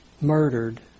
murdered